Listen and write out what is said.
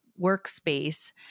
workspace